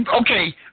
Okay